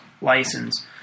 license